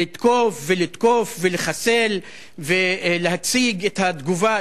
לתקוף ולתקוף ולחסל ולהציג את התגובה,